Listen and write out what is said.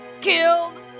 killed